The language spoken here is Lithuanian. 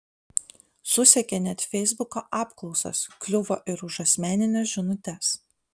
susekė net feisbuko apklausas kliuvo ir už asmenines žinutes